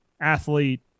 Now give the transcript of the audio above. athlete